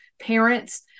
parents